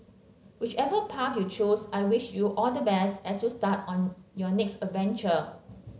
whichever path you choose I wish you all the best as you start on your next adventure